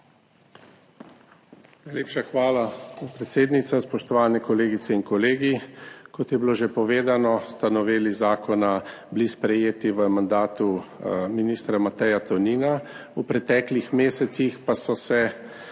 hvala, predsednica. Spoštovane kolegice in kolegi! Kot je bilo že povedano, sta bili noveli zakona sprejeti v mandatu ministra Mateja Tonina. V preteklih mesecih pa so se